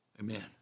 Amen